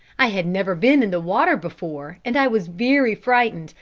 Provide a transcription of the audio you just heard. i had never been in the water before, and i was very frightened,